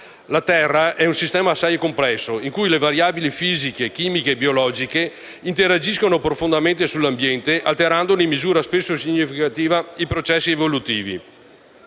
La Terra è un sistema assai complesso, in cui le variabili fisiche, chimiche e biologiche agiscono profondamente sull'ambiente, alterandone in misura spesso significativa i processi evolutivi.